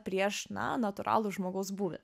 prieš na natūralų žmogaus būvį